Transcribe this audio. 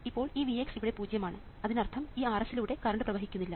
ഇപ്പോൾ ഈ Vx ഇവിടെ പൂജ്യമാണ് അതിനർത്ഥം ഈ Rs ലൂടെ കറണ്ട് പ്രവവഹിക്കുന്നില്ല